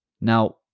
Now